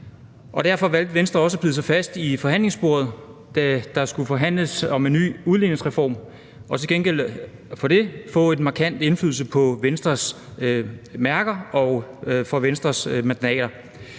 Derfor valgte Venstre også at bide sig fast i forhandlingsbordet, da der skulle forhandles om en ny udligningsreform, og til gengæld for det få en markant indflydelse i forhold til Venstres mærkesager og Venstres mandater.